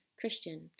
Christian